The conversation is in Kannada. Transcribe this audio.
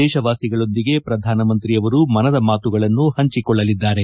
ದೇಶವಾಸಿಗಳೊಂದಿಗೆ ಪ್ರಧಾನಮಂತ್ರಿಯವರು ಮನದ ಮಾತುಗಳನ್ನು ಹಂಚಿಕೊಳ್ಳಲಿದ್ದಾರೆ